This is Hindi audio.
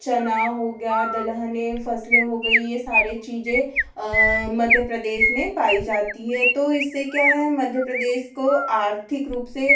चना हो गया दलहन ये फसलें हो गई ये सारे चीज़ें मध्य प्रदेश में पाई जाती है तो इससे क्या है मध्य प्रदेश को आर्थिक रूप से